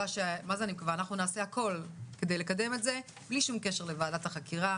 אנחנו נעשה הכול כדי לקדם את זה בלי שום קשר לוועדת החקירה.